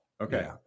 Okay